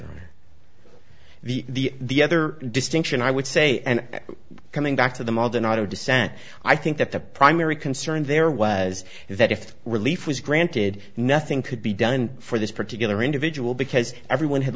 are the the other distinction i would say and coming back to the modern art of dissent i think that the primary concern there was is that if relief was granted nothing could be done for this particular individual because everyone had